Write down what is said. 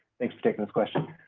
thanks for taking this question.